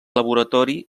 laboratori